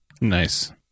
Nice